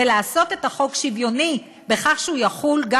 לעשות את החוק שוויוני בכך שהוא יחול גם